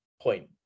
point